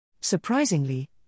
Surprisingly